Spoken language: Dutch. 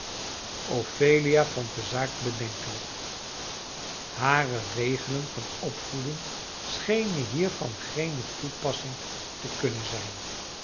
ophelia vond de zaak bedenkelijk hare regelen van opvoeding schenen hier van geene toepassing te kunnen zijn